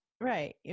right